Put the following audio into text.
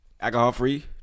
Alcohol-free